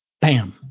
bam